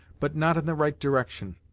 but not in the right direction.